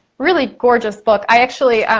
really gorgeous book. i actually,